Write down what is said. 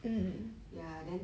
ya then